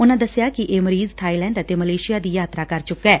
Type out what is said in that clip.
ਉਨੂਂ ਦਸਿਆ ਕਿ ਇਹ ਮਰੀਜ ਥਾਈਲੈਂਡ ਅਤੇ ਮਲੇਸ਼ੀਆ ਦੀ ਯਾਤਰਾ ਕਰ ਚੁੱਕੈ